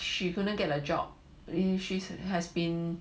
she couldn't get a job she has been